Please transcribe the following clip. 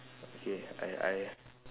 okay I I